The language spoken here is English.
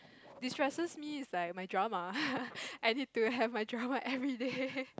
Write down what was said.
destresses me is like my drama I need to have my drama everyday